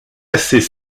assez